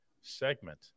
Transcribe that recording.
segment